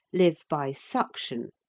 live by suction,